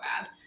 bad